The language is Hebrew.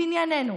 לענייננו,